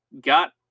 got